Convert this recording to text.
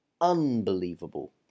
unbelievable